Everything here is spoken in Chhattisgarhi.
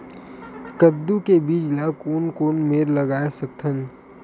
कददू के बीज ला कोन कोन मेर लगय सकथन?